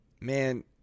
man